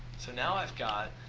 so now i've got